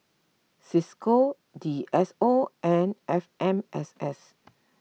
Cisco D S O and F M S S